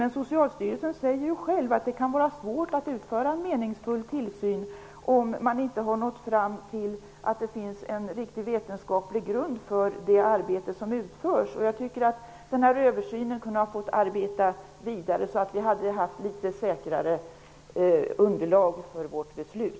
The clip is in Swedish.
Men Socialstyrelsen säger själv att det kan vara svårt att utföra en meningsfull tillsyn om man inte har någon riktig vetenskaplig grund för det arbete som utförs. Jag tycker att gruppen för översynen kunde ha arbetat vidare så att vi hade haft litet säkrare underlag för vårt beslut.